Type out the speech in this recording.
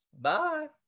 Bye